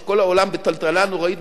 כשכל העולם בטלטלה נוראית,